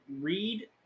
read